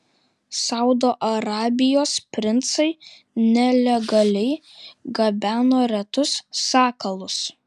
saudo arabijos princai nelegaliai gabeno retus sakalus